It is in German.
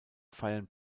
feiern